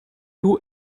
two